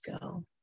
go